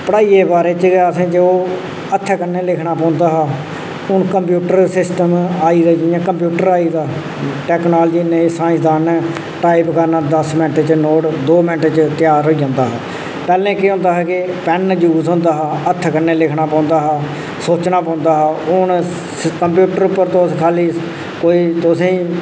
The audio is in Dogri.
पढ़ाइयै बारे च गै असें जो हत्थै कन्नै लिखना पौंदा हा हून कम्पयूटर सिस्टम आई दा जि'यां कम्पयूटर आई दा टैक्नालजी कन्नै एह् साईंसदान टाईप करना दस्स मैंट च नोट दो मैंट च त्यार होई जंदा पैह्ले केह् होंदा हा केह् पैन्न यूज होंदा हा हत्था कन्नै लिखना पौंदा हा सोचना पौंदा हा हून कम्पयूटर पर तुस खाल्ली कोई तुसें ई